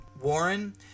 Warren